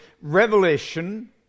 revelation